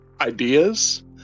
ideas